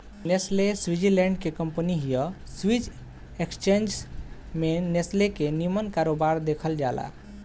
Nestle Switzerland के company हिय Swiss exchange में नेस्ले के निमन कारोबार देखल जाला